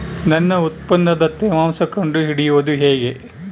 ನನ್ನ ಉತ್ಪನ್ನದ ತೇವಾಂಶ ಕಂಡು ಹಿಡಿಯುವುದು ಹೇಗೆ?